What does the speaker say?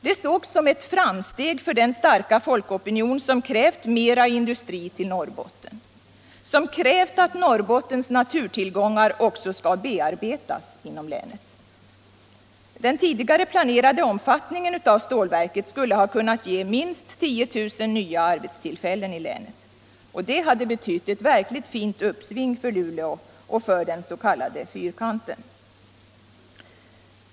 Det sågs som ett framsteg för den starka folkopinion som krävt mera industri till Norrbotten och som krävt att Norrbottens naturtillgångar skall bearbetas. Den tidigare planerade omfattningen av stålverket skulle ha kunnat ge minst 10 000 nya arbetstillfällen i länet. Det hade betytt ett verkligt fint uppsving för Luleå och för den s.k. fyrkanten.